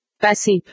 passive